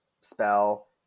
spell